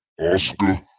Oscar